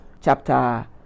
chapter